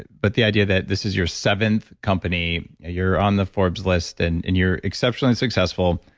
but the idea that this is your seventh company, you're on the forbes list and and you're exceptionally successful.